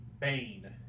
Bane